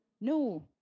No